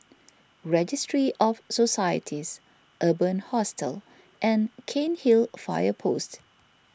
Registry of Societies Urban Hostel and Cairnhill Fire Post